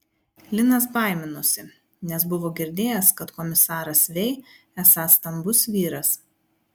linas baiminosi nes buvo girdėjęs kad komisaras vei esąs stambus vyras